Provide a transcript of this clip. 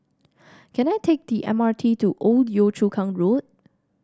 can I take the M R T to Old Yio Chu Kang Road